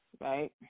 right